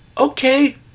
okay